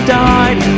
died